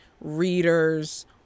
readers